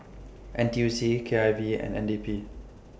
N T U C K I V and N D P